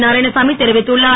நாராயணசாமி தெரிவித்துள்ளார்